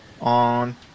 on